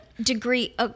degree